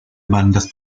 bandas